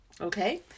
Okay